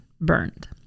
burned